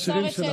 לא, משפט אחרון.